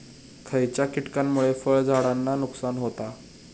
खयच्या किटकांमुळे फळझाडांचा नुकसान होता?